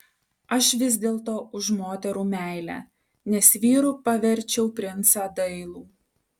aš vis dėlto už moterų meilę nes vyru paverčiau princą dailų